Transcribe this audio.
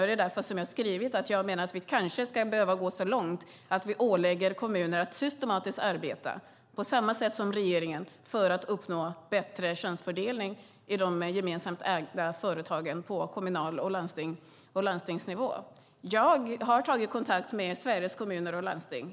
Det är därför som jag har skrivit att jag menar att vi kanske behöver gå så långt att vi ålägger kommunerna att systematiskt arbeta på samma sätt som regeringen för att uppnå bättre könsfördelning i de gemensamt ägda företagen på kommunal nivå och landstingsnivå. Jag har tagit kontakt med Sveriges Kommuner och Landsting.